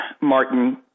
Martin